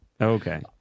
Okay